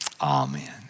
Amen